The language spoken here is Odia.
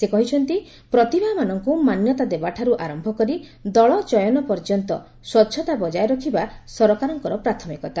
ସେ କହିଛନ୍ତି ପ୍ରତିଭାମାନଙ୍କୁ ମାନ୍ୟତା ଦେବାଠାରୁ ଆରମ୍ଭ କରି ଦଳ ଚୟନ ପର୍ଯ୍ୟନ୍ତ ସ୍ୱଚ୍ଛତା ବଜାୟ ରଖିବା ସରକାରଙ୍କର ପ୍ରାଥମିକତା